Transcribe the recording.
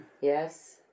Yes